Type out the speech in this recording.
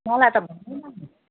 मलाई त